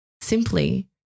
simply